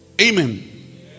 Amen